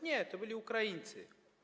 Nie, to byli Ukraińcy.